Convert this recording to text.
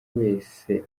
wese